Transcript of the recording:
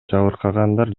жабыркагандар